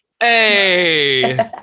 hey